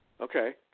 Okay